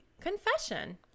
confession